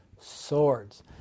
swords